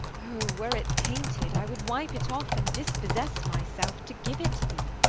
o, were it painted, i would wipe it off and dispossess my self, to give it thee.